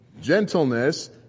gentleness